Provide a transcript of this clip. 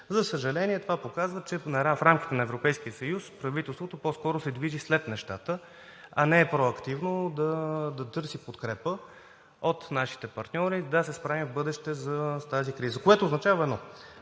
За съжаление, това показва, че в рамките на Европейския съюз правителството по-скоро се движи след нещата, а не е проактивно – да търси подкрепа от нашите партньори да се справим в бъдеще с тази криза, което означава едно,